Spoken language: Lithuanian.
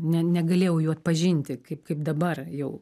ne negalėjau jų atpažinti kaip kaip dabar jau